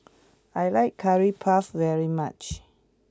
I like Curry Puff very much